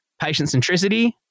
patient-centricity